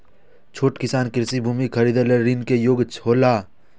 छोट किसान कृषि भूमि खरीदे लेल ऋण के योग्य हौला?